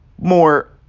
more